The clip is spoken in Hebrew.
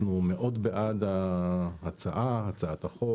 אנחנו מאוד בעד הצעת החוק.